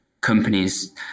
companies